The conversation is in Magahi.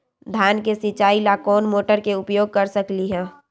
धान के सिचाई ला कोंन मोटर के उपयोग कर सकली ह?